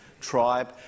tribe